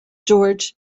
jorge